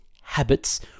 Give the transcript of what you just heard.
habits